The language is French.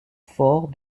forts